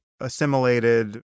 assimilated